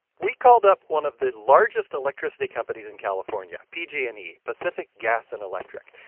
we called up one of the largest electricity companies in california, pg and e, pacific gas and electric,